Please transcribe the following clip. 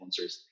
influencers